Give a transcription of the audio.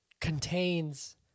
contains